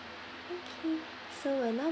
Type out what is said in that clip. okay so we'll now